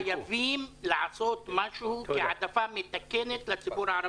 חייבים לעשות משהו כהעדפה מתקנת לציבור הערבי,